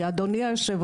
בקצרה.